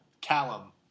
Callum